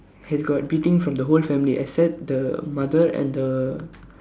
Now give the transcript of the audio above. he's got beating from the whole family except the mother and the